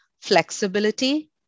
flexibility